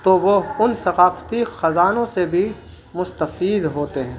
تو وہ ان ثقافتی خزانوں سے بھی مستفید ہوتے ہیں